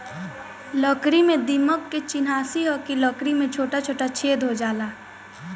लकड़ी में दीमक के चिन्हासी ह कि लकड़ी में छोटा छोटा छेद हो जाला